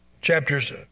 Chapters